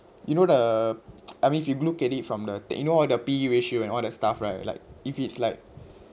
you know the I mean if you look at it from the you know all the P_E ratio and all the stuff right like if it's like